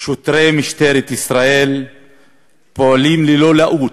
שוטרי משטרת ישראל פועלים ללא לאות,